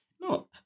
No